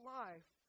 life